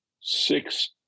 six